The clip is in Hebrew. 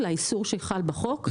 ולאיסור שחל בחוק.